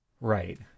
Right